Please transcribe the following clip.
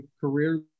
career